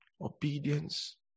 obedience